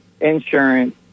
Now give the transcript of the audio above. insurance